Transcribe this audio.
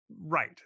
right